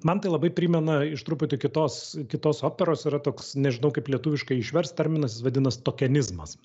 man tai labai primena iš truputį kitos kitos operos yra toks nežinau kaip lietuviškai išversti terminas jis vadinas tokenizmas